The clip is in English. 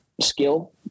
skill